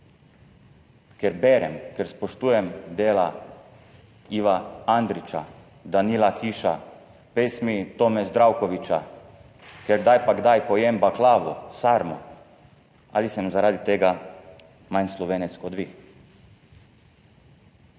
ker berem, ker spoštujem dela Iva Andrića, Danila Kiša, pesmi Toma Zdravkovića, ker kdaj pa kdaj pojem baklavo, sarmo, manj Slovenec kot vi?